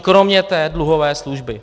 Kromě té dluhové služby.